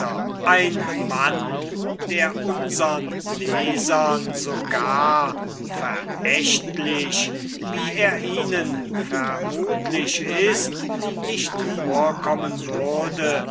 ein mann der unsern lesern so gar verächtlich wie er ihnen vermutlich ist nicht vorkommen würde